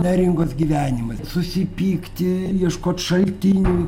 neringos gyvenimas susipykti ieškot šaltinių